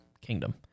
Kingdom